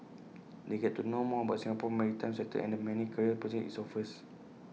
they'll get to know more about Singapore's maritime sector and the many career opportunities IT offers